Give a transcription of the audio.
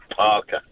Okay